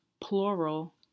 plural